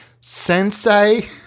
Sensei